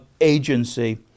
agency